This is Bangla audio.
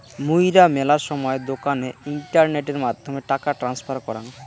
মুইরা মেলা সময় দোকানে ইন্টারনেটের মাধ্যমে টাকা ট্রান্সফার করাং